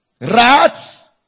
rats